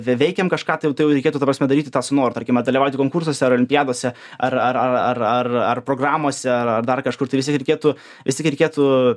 vei veikiam kažką tai jau tai jau reikėtų ta prasme daryti tą su noru tarkim dalyvauti konkursuose ar olimpiadose ar ar ar ar ar ar programose ar ar dar kažkur tai vis tiek reikėtų vis tiek reikėtų